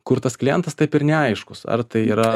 kur tas klientas taip ir neaiškus ar tai yra